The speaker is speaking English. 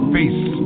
face